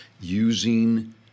using